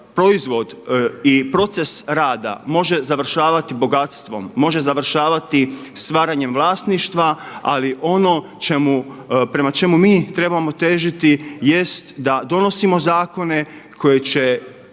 proizvod i proces rada može završavati bogatstvom, može završavati stvaranjem vlasništva, ali ono prema čemu mi trebamo težiti jest da donosimo zakone koji će